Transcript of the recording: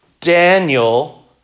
Daniel